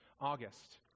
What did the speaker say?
August